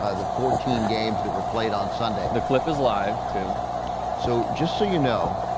ah the fourteen games that were played on sunday the clip is live too so just so you know